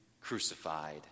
crucified